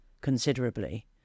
considerably